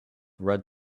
red